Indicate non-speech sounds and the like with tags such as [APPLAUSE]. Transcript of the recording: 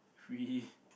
free [BREATH]